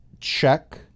check